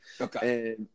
Okay